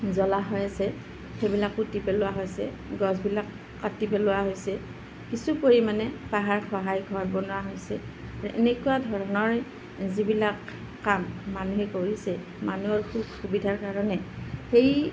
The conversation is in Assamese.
জলাশয় আছে সেইবিলাক পুতি পেলোৱা হৈছে গছবিলাক কাটি পেলোৱা হৈছে কিছু পৰিমাণে পাহাৰ খহাই ঘৰ বনোৱা হৈছে এনেকুৱা ধৰণৰ যিবিলাক কাম মানুহে কৰিছে মানুহৰ সুখ সুবিধাৰ কাৰণে সেই